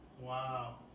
wow